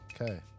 okay